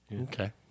Okay